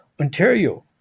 Ontario